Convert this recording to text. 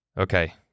Okay